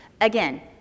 again